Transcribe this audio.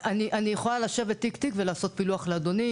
אני יכולה לשבת תיק-תיק ולעשות פילוח לאדוני,